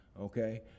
okay